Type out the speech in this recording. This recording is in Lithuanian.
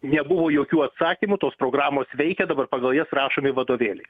nebuvo jokių atsakymų tos programos veikia dabar pagal jas rašomi vadovėliai